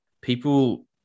people